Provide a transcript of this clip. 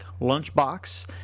lunchbox